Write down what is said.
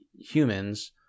humans